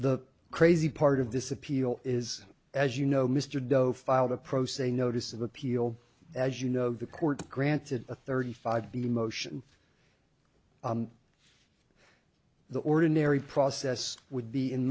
the crazy part of this appeal is as you know mr doe filed a pro se notice of appeal as you know the court granted a thirty five b motion the ordinary process would be in